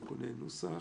תיקוני נוסח,